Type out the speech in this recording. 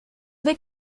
vais